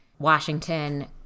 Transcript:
Washington